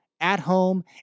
at-home